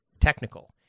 technical